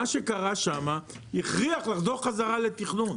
מה שקרה שם הכריח לחזור חזרה לתכנון